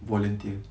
volunteer